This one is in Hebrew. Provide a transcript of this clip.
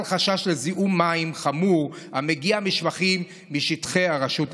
חשש לזיהום מים חמור המגיע משפכים משטחי הרשות הפלסטינית.